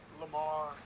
lamar